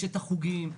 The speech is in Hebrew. יש חוגים,